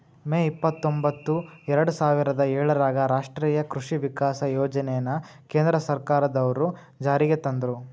ಮೇ ಇಪ್ಪತ್ರೊಂಭತ್ತು ಎರ್ಡಸಾವಿರದ ಏಳರಾಗ ರಾಷ್ಟೇಯ ಕೃಷಿ ವಿಕಾಸ ಯೋಜನೆನ ಕೇಂದ್ರ ಸರ್ಕಾರದ್ವರು ಜಾರಿಗೆ ತಂದ್ರು